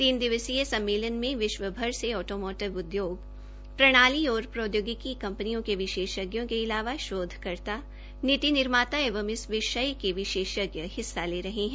तीन दिवसीय सम्मेलन में विश्वभर में आटोमोटिव उद्योग प्रणाली और प्रौद्योगिकी कंपनियों के विशेषज्ञों के इलावा शोधकर्ता नीति एवं इस विषय के विशेषज्ञ हिस्सा ले रहे है